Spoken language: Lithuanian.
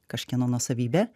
kažkieno nuosavybė